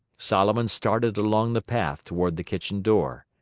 solomon started along the path toward the kitchen door.